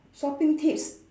shopping tips